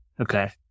okay